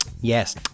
yes